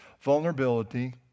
vulnerability